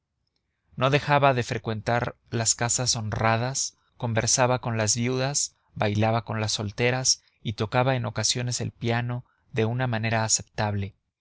no dejaba de frecuentar las casas honradas conversaba con las viudas bailaba con las solteras y tocaba en ocasiones el piano de una manera aceptable